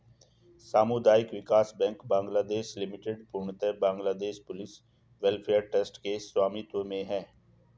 सामुदायिक विकास bank Bangladesh limited पूर्णतः बांग्लादेश पुलिस वेलफेयर ट्रस्ट के स्वामित्व में है